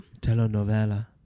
telenovela